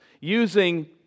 using